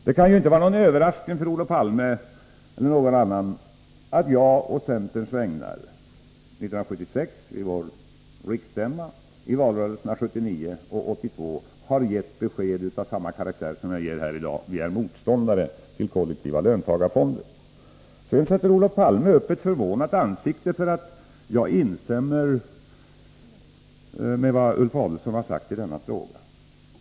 Det kan inte vara någon överraskning för Olof Palme eller för någon annan att jag på centerns vägnar vid vår riksstämma 1976 och i valrörelserna 1979 och 1982 har gett besked av samma karaktär som jag ger här i dag: Vi är motståndare till kollektiva löntagarfonder. Olof Palme sätter upp ett förvånat ansikte när jag instämmer i vad Ulf Adelsohn har sagt i denna fråga.